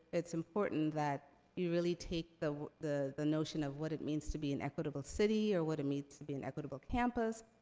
it's important that you really take the the notion of what it means to be an equitable city, or what it means to be an equitable campus,